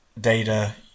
data